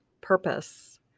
purpose